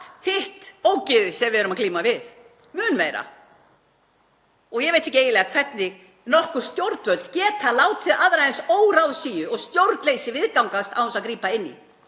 hitt ógeðið sem við erum að glíma við, mun meira. Ég veit ekki eiginlega hvernig nokkur stjórnvöld geta látið aðra eins óráðsíu og stjórnleysi viðgangast án þess að grípa inn í.